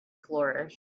flourish